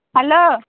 hello